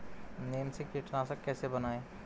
नीम से कीटनाशक कैसे बनाएं?